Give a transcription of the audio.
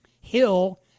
Hill